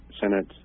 Senate